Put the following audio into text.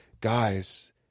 guys